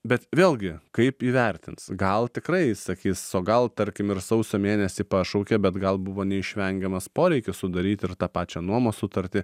bet vėlgi kaip įvertins gal tikrai sakys o gal tarkim ir sausio mėnesį pašaukė bet gal buvo neišvengiamas poreikis sudaryt ir tą pačią nuomos sutartį